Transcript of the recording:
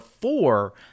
four